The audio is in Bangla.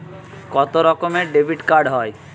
কত রকমের ডেবিটকার্ড হয়?